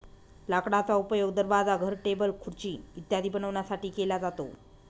लाकडाचा उपयोग दरवाजा, घर, टेबल, खुर्ची इत्यादी बनवण्यासाठी केला जातो